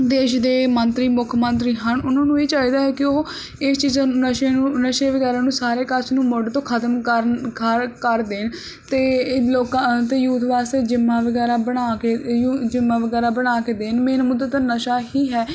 ਦੇਸ਼ ਦੇ ਮੰਤਰੀ ਮੁੱਖ ਮੰਤਰੀ ਹਨ ਉਹਨਾਂ ਨੂੰ ਇਹ ਚਾਹੀਦਾ ਹੈ ਕਿ ਉਹ ਇਹ ਚੀਜ਼ਾਂ ਨਸ਼ੇ ਨੂੰ ਨਸ਼ੇ ਵਗੈਰਾ ਨੂੰ ਸਾਰੇ ਕਾਸੇ ਨੂੰ ਮੁੱਢ ਤੋਂ ਖਤਮ ਕਰਨ ਕਰ ਕਰ ਦੇਣ ਅਤੇ ਇਹ ਲੋਕਾਂ ਅਤੇ ਯੂਥ ਵਾਸਤੇ ਜਿੰਮਾਂ ਵਗੈਰਾ ਬਣਾ ਕੇ ਜਿੰਮਾਂ ਵਗੈਰਾ ਬਣਾ ਕੇ ਦੇਣ ਮੇਨ ਮੁੱਦਾ ਤਾਂ ਨਸ਼ਾ ਹੀ ਹੈ